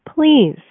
please